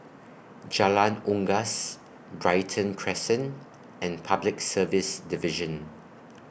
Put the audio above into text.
Jalan Unggas Brighton Crescent and Public Service Division